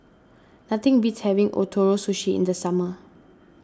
nothing beats having Ootoro Sushi in the summer